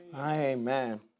Amen